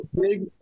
big